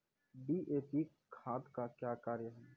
DAP खाद का क्या कार्य हैं?